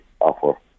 offer